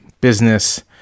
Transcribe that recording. business